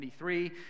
2023